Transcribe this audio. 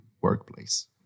workplace